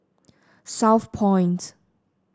southpoint